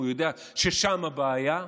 הוא יודע ששם הבעיה.